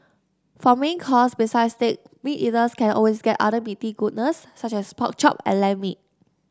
for main course besides steak meat eaters can always get other meaty goodness such as pork chop and lamb meat